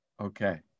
Okay